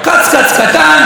קצקץ קטן,